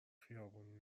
خیابانی